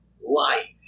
life